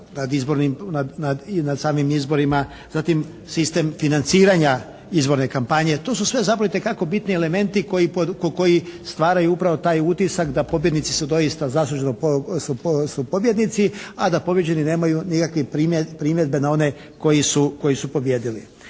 nad samim izborima. Zatim, sistem financiranja izborne kampanje. To su sve zapravo itekako bitni elementi koji stvaraju upravo taj utisak da pobjednici su doista zaslužno pobjednici, a da pobijeđeni nemaju nikakve primjedbe na one koji su pobijedili.